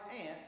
aunt